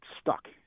stuck